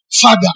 Father